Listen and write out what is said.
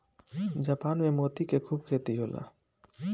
Japan में मोती के खूब खेती होला